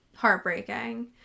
heartbreaking